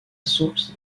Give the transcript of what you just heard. source